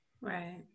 right